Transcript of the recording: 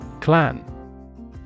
Clan